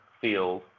field